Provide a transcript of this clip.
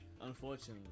Unfortunately